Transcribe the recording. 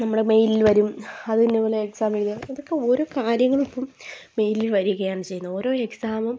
നമ്മുടെ മെയിലിൽ വരും അത് നമ്മൾ എക്സാം എഴുതാൻ അതക്കെ ഓരോ കാര്യങ്ങളിപ്പം മെയിലിൽ വരികയാണ് ചെയ്യുന്നത് ഓരോ എക്സാമും